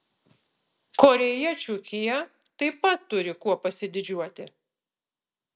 korėjiečių kia taip pat turi kuo pasididžiuoti